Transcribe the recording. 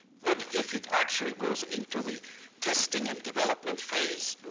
would, if it actually goes into the testing and development phase,